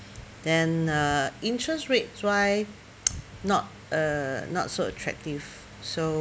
then uh interest rates wise not uh not so attractive so